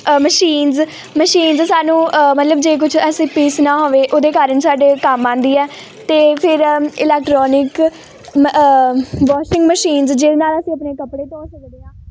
machines machines ਸਾਨੂੰ ਮਤਲਬ ਜੇ ਕੁਛ ਅਸੀਂ ਪੀਸਣਾ ਹੋਵੇ ਉਹਦੇ ਕਾਰਨ ਸਾਡੇ ਕੰਮ ਆਉਂਦੀ ਹੈ ਅਤੇ ਫਿਰ ਇਲੈਕਟ੍ਰੋਨਿਕ ਨ ਵੋਸ਼ਿੰਗ ਮਸ਼ੀਨਸ ਜਿਹਦੇ ਨਾਲ ਅਸੀਂ ਆਪਣੇ ਕੱਪੜੇ ਧੋ ਸਕਦੇ ਹਾਂ ਅਤੇ